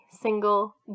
single